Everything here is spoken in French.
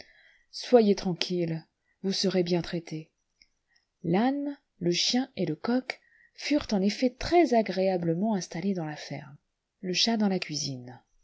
soyez tranquilles vous serez bien traités l'âne le chien et le coq furent en effet très-agréablement installés dans la ferme le chat dans la cuisine